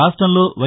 రాష్ట్రంలో వై